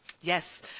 Yes